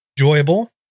enjoyable